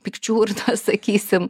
pikčiurnos sakysim